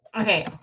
Okay